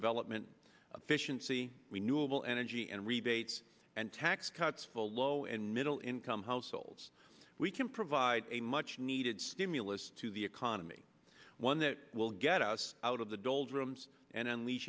development fish n c renewable energy and rebates and tax cuts for low and middle income households we can provide a much needed stimulus to the economy one that will get us out of the doldrums and unleash